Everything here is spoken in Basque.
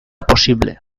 posible